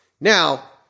Now